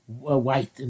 white